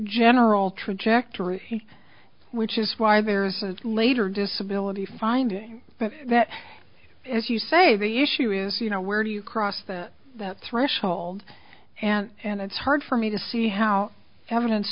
general trajectory which is why there's a later disability finding that if you say the issue is you know where do you cross that that threshold and and it's hard for me to see how evidence